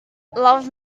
love